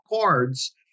cards